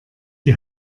die